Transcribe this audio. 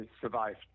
survived